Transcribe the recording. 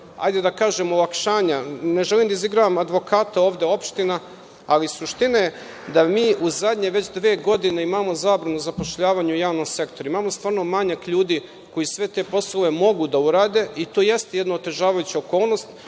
određena olakšanja, ne želim da izigravam advokata ovde opština, ali suština je da mi već u zadnje dve godine imamo zabranu zapošljavanja u javnom sektoru. Imamo stvarno manjak ljudi koji sve te poslove mogu da urade, i to jeste jedna otežavajuća okolnost. Sa